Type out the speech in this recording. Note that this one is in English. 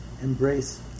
embrace